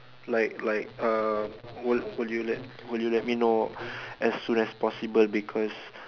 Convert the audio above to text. like like uh would would you let me would you let me know as soon as possible because